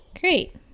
Great